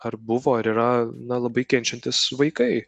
ar buvo ar yra na labai kenčiantys vaikai